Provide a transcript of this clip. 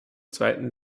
zweiten